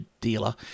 dealer